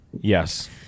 Yes